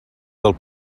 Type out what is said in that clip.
del